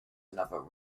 another